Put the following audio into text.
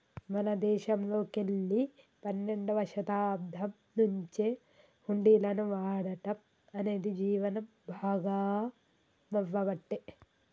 మన దేశంలోకెల్లి పన్నెండవ శతాబ్దం నుంచే హుండీలను వాడటం అనేది జీవనం భాగామవ్వబట్టే